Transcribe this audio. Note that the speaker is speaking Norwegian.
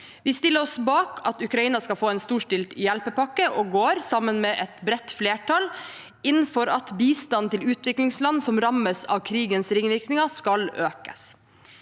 Vi stiller oss bak at Ukraina skal få en storstilt hjelpepakke, og går sammen med et bredt flertall inn for at bistand til utviklingsland som rammes av krigens ringvirkninger, skal økes.